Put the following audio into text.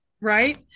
right